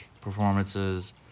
performances